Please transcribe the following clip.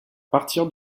partir